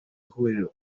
huriro